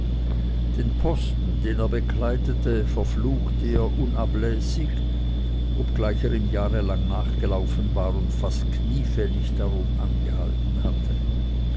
den posten den er bekleidete verfluchte er unablässig obgleich er ihm jahrelang nachgelaufen war und fast kniefällig darum angehalten hatte